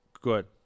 Good